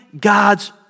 God's